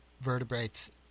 vertebrates